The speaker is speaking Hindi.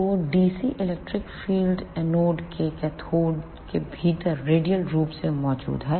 तो DC इलेक्ट्रिक फील्ड एनोड से कैथोड के भीतर रेडियल रूप से मौजूद है